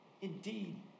Indeed